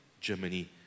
Germany